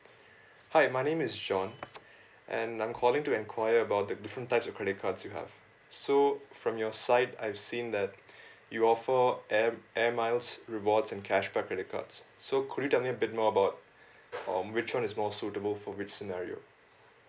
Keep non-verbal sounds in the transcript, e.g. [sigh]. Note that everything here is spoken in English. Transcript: [breath] hi my name is john [breath] and I'm calling to enquire about the different types of credit cards you have so from your side I've seen that [breath] you offer air air miles rewards and cashback credit cards so could you tell me a bit more about [breath] on which one is more suitable for which scenario